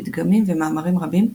פתגמים ומאמרים רבים,